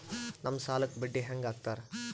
ನಮ್ ಸಾಲಕ್ ಬಡ್ಡಿ ಹ್ಯಾಂಗ ಹಾಕ್ತಾರ?